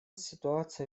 ситуация